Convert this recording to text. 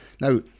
Now